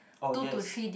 oh yes